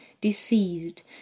deceased